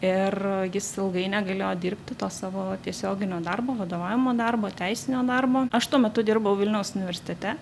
ir jis ilgai negalėjo dirbti to savo tiesioginio darbo vadovaujamo darbo teisinio darbo aš tuo metu dirbau vilniaus universitete